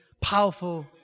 powerful